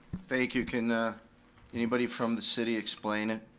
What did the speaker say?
thank you, can anybody from the city explain it?